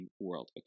world